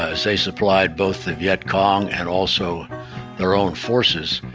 as they supplied both the vietcong and also their own forces,